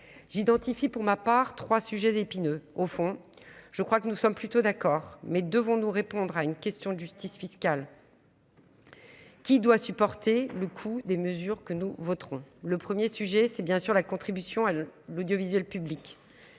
j'identifie, pour ma part trois sujets épineux, au fond, je crois que nous sommes plutôt d'accord, mais devons-nous répondre à une question de justice fiscale. Qui doit supporter le coût des mesures que nous voterons le 1er sujet : c'est bien sûr la contribution à l'audiovisuel public